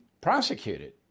prosecuted